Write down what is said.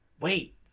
Wait